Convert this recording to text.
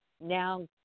now